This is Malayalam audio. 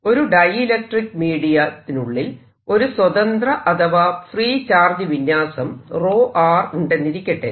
ഒരു ഡൈഇലക്ട്രിക്ക് മീഡിയ ത്തിനുള്ളിൽ ഒരു സ്വതന്ത്ര അഥവാ ഫ്രീ ചാർജ് വിന്യാസം ρ ഉണ്ടെന്നിരിക്കട്ടെ